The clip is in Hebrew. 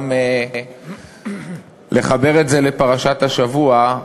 גם לחבר את זה לפרשת השבוע,